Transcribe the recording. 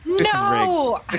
No